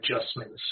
Adjustments